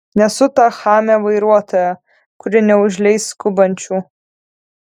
nesu ta chamė vairuotoja kuri neužleis skubančių